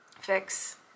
fix